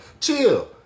chill